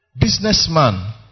businessman